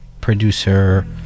producer